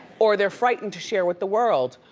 or they're frightened to share with the world.